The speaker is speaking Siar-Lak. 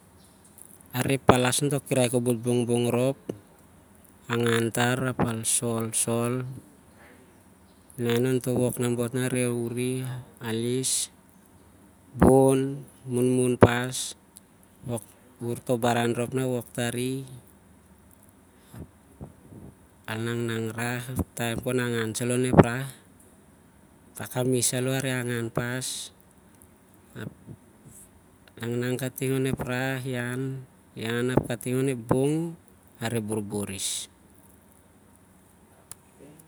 Areh palas ontoh kirai kobot rhop, angan tar ap al solsol ap al inan ontoh wok, is, tim an bon, munmun pas, wur toh baran rhop nah wur tari ap al nangnang rah, taem khon angan saloh onep rah, iah kamis areh angan pas, ap ah nangnang kating onep rah ap ep bong areh borbor is.